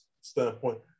standpoint